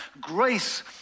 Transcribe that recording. grace